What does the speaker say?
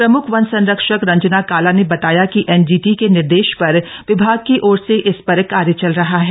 प्रम्ख वन संरक्षक रंजना काला ने बताया कि एनजीटी के निर्देश पर विभाग की ओर से इस पर कार्य चल रहा है